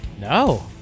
No